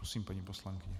Prosím, paní poslankyně.